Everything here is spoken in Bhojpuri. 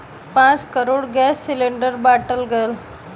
पाँच करोड़ गैस सिलिण्डर बाँटल गएल